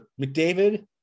McDavid